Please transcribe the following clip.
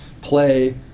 play